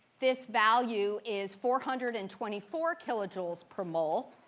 this value is four hundred and twenty four kilojoules per mol.